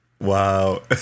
Wow